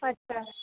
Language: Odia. ଆଚ୍ଛା